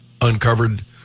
uncovered